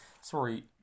sorry